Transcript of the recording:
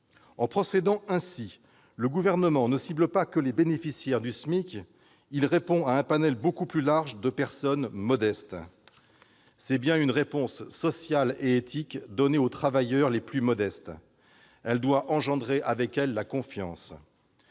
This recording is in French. En procédant ainsi, le Gouvernement ne cible pas seulement les bénéficiaires du SMIC : il répond à un panel beaucoup plus large de personnes modestes. Il s'agit bien là d'une réponse sociale et éthique donnée aux travailleurs les plus modestes. Elle doit engendrer la confiance.